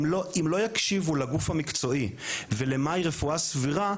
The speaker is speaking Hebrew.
אם לא יקשיבו לגוף המקצועי ולמה היא רפואה סבירה,